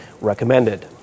recommended